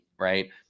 right